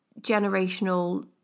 generational